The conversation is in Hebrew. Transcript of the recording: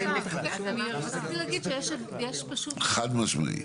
רציתי להגיד שיש פשוט --- חד משמעית.